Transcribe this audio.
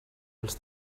als